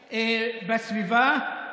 בעיקר, 600 דונם, אבל גם ביישובים בסביבה.